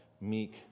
meek